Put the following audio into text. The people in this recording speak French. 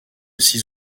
six